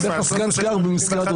הצבעה לא